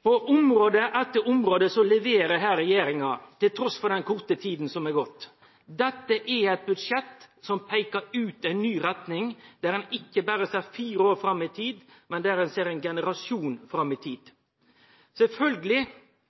På område etter område leverer regjeringa her, trass i den korte tida som er gått. Dette er eit budsjett som peikar ut ei ny retning der ein ikkje ser berre fire år fram i tid, men der ein ser ein generasjon fram i tid.